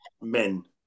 men